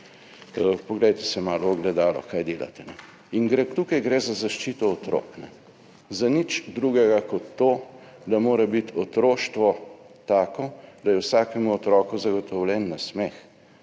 Poglejte se malo v ogledalo, kaj delate. Tukaj gre za zaščito otrok, za nič drugega kot to, da mora biti otroštvo tako, da je vsakemu otroku zagotovljen nasmeh.